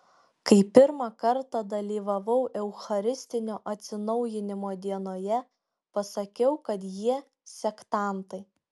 kai pirmą kartą dalyvavau eucharistinio atsinaujinimo dienoje pasakiau kad jie sektantai